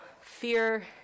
Fear